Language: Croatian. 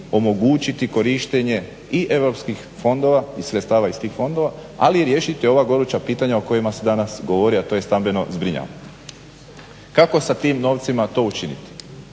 omogućiti korištenje i europskih fondova i sredstava iz tih fondova, ali i riješiti ova goruća pitanja o kojima se danas govori, a to je stambeno zbrinjavanje. Kako sa tim novcima to učiniti?